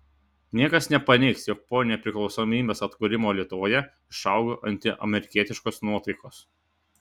niekas nepaneigs jog po nepriklausomybės atkūrimo lietuvoje išaugo antiamerikietiškos nuotaikos